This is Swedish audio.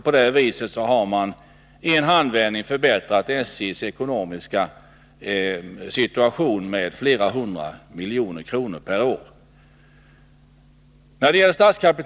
På det sättet har man i en handvändning ansett sig förbättra SJ:s ekonomiska situation med flera hundra miljoner kronor per år. Tänk om det vore så enkelt.